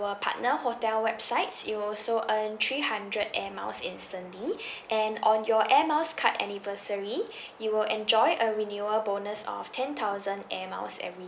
partner hotel websites you will also earn three hundred air miles instantly and on your air miles card anniversary you will enjoy a renewal bonus of ten thousand air miles every